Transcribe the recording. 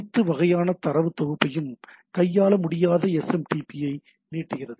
அனைத்து வகையான தரவுத்தொகுப்பையும் கையாள முடியாத எஸ்எம்டிபி ஐ நீட்டிக்கிறது